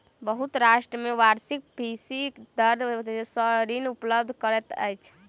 बहुत राष्ट्र में वार्षिक फीसदी दर सॅ ऋण उपलब्ध करैत अछि